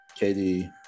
KD